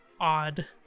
odd